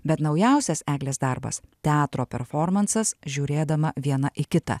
bet naujausias eglės darbas teatro performansas žiūrėdama viena į kitą